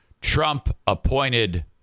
Trump-appointed